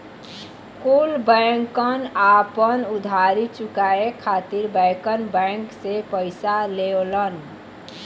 कुल बैंकन आपन उधारी चुकाये खातिर बैंकर बैंक से पइसा लेवलन